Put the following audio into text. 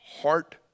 heart